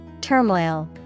Turmoil